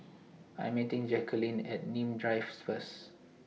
I Am meeting Jacqueline At Nim Drive First